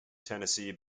tennessee